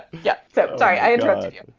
yeah. so sorry i interrupted you.